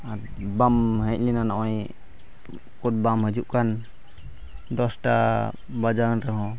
ᱟᱨ ᱵᱟᱢ ᱦᱮᱡ ᱞᱮᱱᱟ ᱱᱚᱜᱼᱚᱭ ᱩᱠᱩᱨ ᱵᱟᱢ ᱦᱤᱡᱩᱜ ᱠᱟᱱ ᱫᱚᱥᱴᱟ ᱵᱟᱡᱟᱣᱮᱱ ᱨᱮᱦᱚᱸ